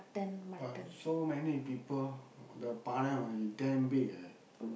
but so many people the பானை:paanai must be damn big eh